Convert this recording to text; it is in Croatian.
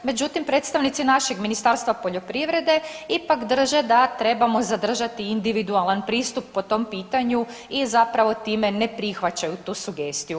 Međutim, predstavnici našeg Ministarstva poljoprivrede ipak drže da trebamo zadržati individualan pristup po tom pitanju i zapravo time ne prihvaćaju tu sugestiju.